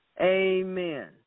Amen